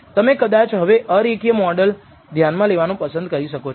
તમે કદાચ હવે અરેખીય મોડલ ધ્યાનમાં લેવાનું પસંદ કરી શકો છો